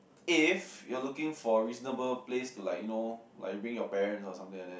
if you are looking for reasonable place like you know might bring your parent or something like that